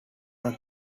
are